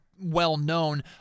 well-known